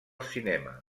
cinema